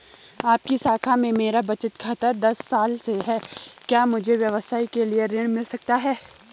आपकी शाखा में मेरा बचत खाता दस साल से है क्या मुझे व्यवसाय के लिए ऋण मिल सकता है?